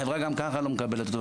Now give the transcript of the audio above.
החברה גם ככה לא מקבלת אותו.